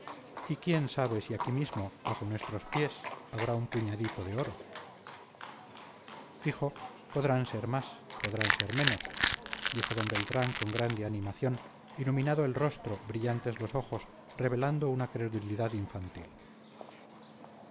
y quién sabe si aquí mismo bajo nuestros pies habrá un puñadito de oro hijo podrán ser más podrán ser menos dijo d beltrán con grande animación iluminado el rostro brillantes los ojos revelando una credulidad infantil